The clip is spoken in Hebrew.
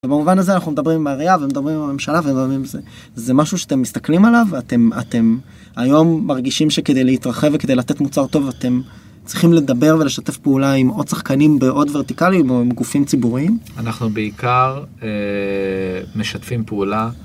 ובמובן הזה אנחנו מדברים עם העירייה ומדברים עם הממשלה ומדברים עם זה. זה משהו שאתם מסתכלים עליו ואתם אתם היום מרגישים שכדי להתרחב וכדי לתת מוצר טוב אתם צריכים לדבר ולשתף פעולה עם עוד שחקנים בעוד ורטיקליים או עם גופים ציבוריים? אנחנו בעיקר משתפים פעולה.